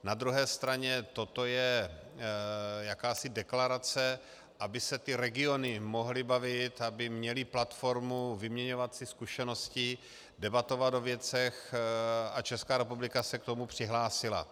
Na druhé straně toto je jakási deklarace, aby se ty regiony mohly bavit, aby měly platformu vyměňovat si zkušenosti, debatovat o věcech, a Česká republika se k tomu přihlásila.